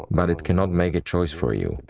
but it cannot make a choice for you,